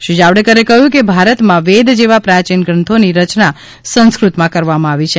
શ્રી જાવડેકરે કહયું કે ભારતમાંવેદ જેવા પ્રાચીન ગ્રંથોની રચના સંસ્કૃતમાં કરવામાં આવી છે